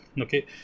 okay